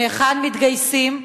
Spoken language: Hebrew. מהיכן מתגייסים,